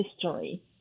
history